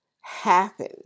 happen